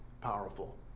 powerful